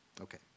Okay